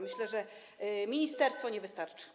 Myślę, że ministerstwo nie wystarczy.